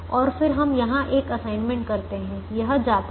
और फिर हम यहां एक असाइनमेंट करते हैं यह जाता है